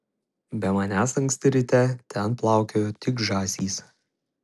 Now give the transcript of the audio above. be manęs anksti ryte ten plaukiojo tik žąsys